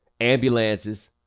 ambulances